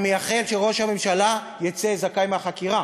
אני מייחל שראש הממשלה יצא זכאי מהחקירה.